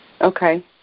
Okay